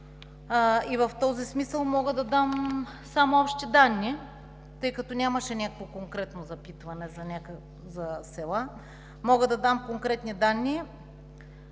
и в този смисъл мога да дам само общи данни, тъй като нямаше някакво конкретно запитване за села. Мога да дам конкретни данни